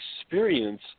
experience